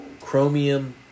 chromium